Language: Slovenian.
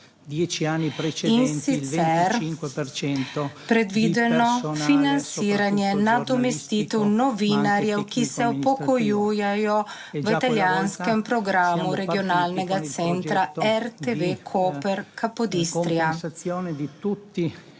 in sicer predvideno financiranje nadomestitev novinarjev, ki se upokojujejo v italijanskem programu Regionalnega centra RTV Koper Capodistria.